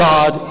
God